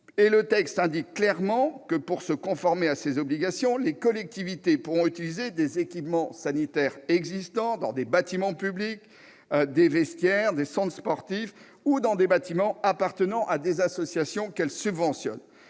Le texte indique clairement que, pour se conformer à ces obligations, les collectivités pourront utiliser des équipements sanitaires existants dans des bâtiments publics, par exemple les vestiaires des centres sportifs, ou dans des bâtiments appartenant à des associations qu'elles subventionnent.